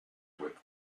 with